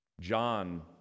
John